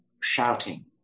shouting